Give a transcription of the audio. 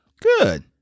Good